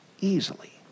easily